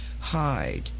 hide